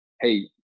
hey